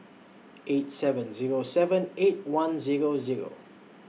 eight seven Zero seven eight one Zero Zero